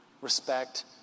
respect